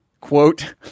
quote